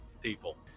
people